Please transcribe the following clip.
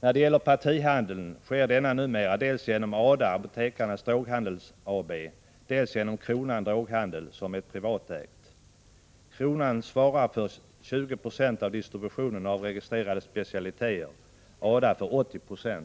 När det gäller partihandeln sker den numera dels genom ADA -—- Apotekarnes Droghandel AB —, dels genom Kronans Droghandel, som är privatägd. Kronan svarar för 20 96 av distributionen av registrerade specialiteter och ADA för 80 90.